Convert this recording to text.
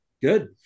Good